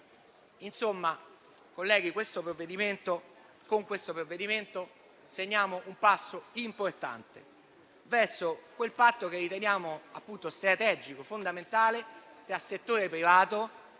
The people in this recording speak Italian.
Colleghi, con questo provvedimento segniamo un passo importante verso quel patto che riteniamo strategico e fondamentale tra settore privato e